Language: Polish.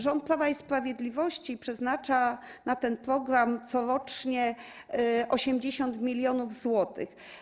Rząd Prawa i Sprawiedliwości przeznacza na ten program corocznie 80 mln zł.